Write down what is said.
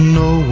no